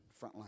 frontline